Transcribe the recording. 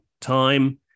Time